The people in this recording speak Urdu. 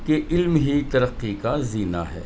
کہ علم ہی ترقی کا زینہ ہے